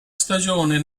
stagione